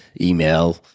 email